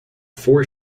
four